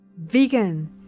Vegan